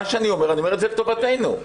אני אומר את זה לטובתנו.